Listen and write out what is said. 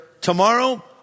tomorrow